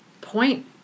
point